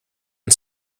and